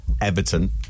Everton